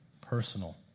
personal